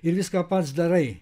ir viską pats darai